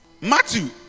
Matthew